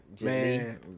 Man